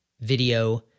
video